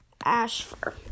Ashfur